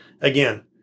again